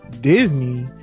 Disney